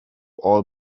all